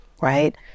right